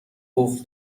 قفل